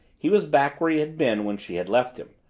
he was back where he had been when she had left him,